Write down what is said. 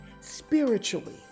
spiritually